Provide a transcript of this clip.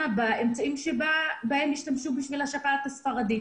באמצעים שבהם השתמשו בשביל השפעת הספרדית.